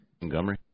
Montgomery